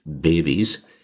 babies